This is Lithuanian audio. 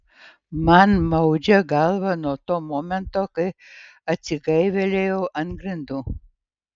man maudžia galvą nuo to momento kai atsigaivelėjau ant grindų